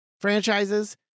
franchises